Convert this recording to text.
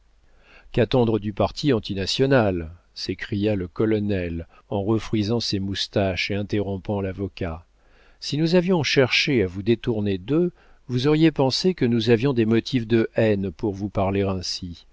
du parti anti national s'écria le colonel en refrisant ses moustaches et interrompant l'avocat si nous avions cherché à vous détourner d'eux vous auriez pensé que nous avions des motifs de haine pour vous parler ainsi